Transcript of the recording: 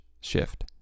shift